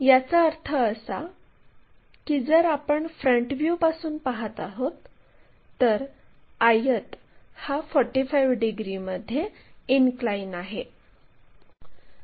याचा अर्थ असा की जर आपण फ्रंट व्ह्यूपासून पाहत आहोत तर आयत हा 45 डिग्रीमध्ये इनक्लाइन आहे